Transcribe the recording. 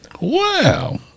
Wow